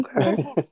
Okay